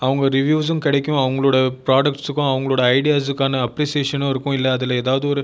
அவங்க ரிவ்யூஸும் கிடைக்கும் அவங்களோடய ப்ரோடக்ட்ஸுக்கும் அவங்களோடய ஐடியாஸுக்கான அப்ரீஷியேஷனும் இருக்கும் இல்லை அதில் ஏதாவது ஒரு